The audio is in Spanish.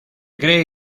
cree